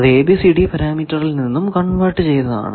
അത് ABCD പരാമീറ്ററിൽ നിന്നും കൺവെർട് ചെയ്തതാണ്